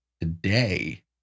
today